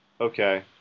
Okay